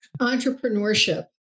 entrepreneurship